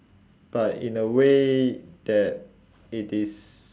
but in a way that it is